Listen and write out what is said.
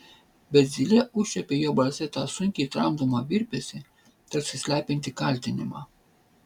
bet zylė užčiuopė jo balse tą sunkiai tramdomą virpesį tarsi slepiantį kaltinimą